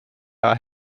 are